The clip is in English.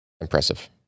Impressive